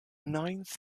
ninth